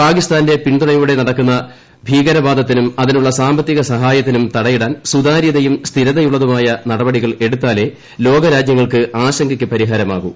പാകിസ്ഥാന്റെ പിന്തുണയോടെ നൂടക്കുന്ന ഭീകരവാദത്തിനും അതിനുള്ള സാമ്പത്തിക സഹായത്തിന്നും തട്യിടാൻ സുതാര്യതയും സ്ഥിരതയുള്ളതുമായ നടപടികളെടുത്താലേ ലോക രാജ്യങ്ങൾക്കുള്ള ആശങ്കയ്ക്ക് പരിഹാരമാകൂ